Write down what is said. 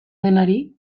denari